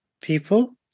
people